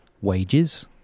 wages